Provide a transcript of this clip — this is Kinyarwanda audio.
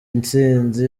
intsinzi